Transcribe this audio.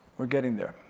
we're getting there,